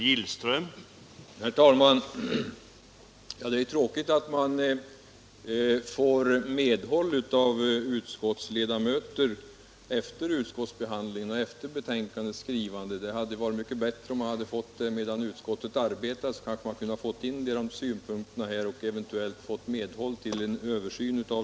Herr talman! Det är tråkigt att man får medhåll av utskottsledamöter först efter utskottsbehandlingen och efter det att betänkandet skrivits. Det hade varit mycket bättre om jag hade fått detta medhåll medan utskottet arbetade. Då hade vi kanske kunnat få med dessa synpunkter, och vi hade möjligen även kunnat få ett stöd för kravet på en översyn.